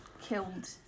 killed